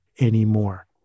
anymore